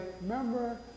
remember